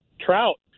trout